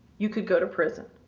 you can go to prison.